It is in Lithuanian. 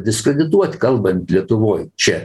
diskredituoti kalbant lietuvoj čia